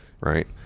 Right